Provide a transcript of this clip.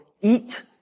eat